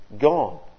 gone